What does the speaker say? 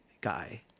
guy